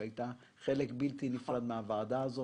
שהייתה חלק בלתי נפרד מהוועדה הזאת,